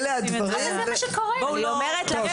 אלה הדברים ובואו לא --- טוב,